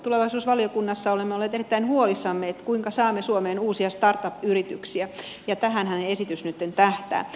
tulevaisuusvaliokunnassa olemme olleet erittäin huolissamme kuinka saamme suomeen uusia start up yrityksiä ja tähänhän esitys nyt tähtää